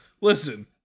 Listen